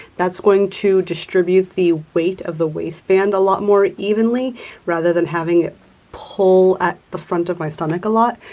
that's going to distribute the weight of the waistband a lot more evenly rather than having it pull at the front of my stomach a lot.